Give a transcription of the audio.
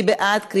מי בעד?